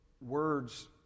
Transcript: words